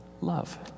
love